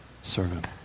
Servant